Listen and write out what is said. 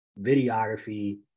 videography